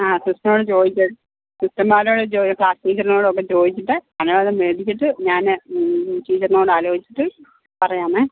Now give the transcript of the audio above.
ആ സിസ്റ്ററിനോട് ചോദിക്ക് സിസ്റ്റർമാരോടും ക്ളാസ് ടീച്ചറിനോടും ഒക്കെ ചോദിച്ചിട്ട് അനുവാദം മേടിച്ചിട്ട് ഞാന് ടീച്ചറിനോട് ആലോചിച്ചിട്ട് പറയാമേ